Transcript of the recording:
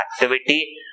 activity